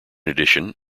addition